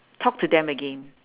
talk to them again